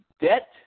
debt